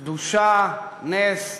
קדושה, נס,